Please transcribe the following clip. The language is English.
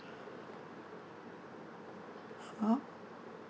uh